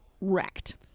Wrecked